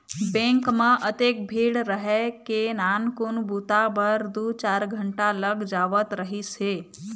bank म अतेक भीड़ रहय के नानकुन बूता बर दू चार घंटा लग जावत रहिस हे